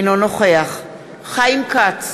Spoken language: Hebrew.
אינו נוכח חיים כץ,